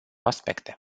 aspecte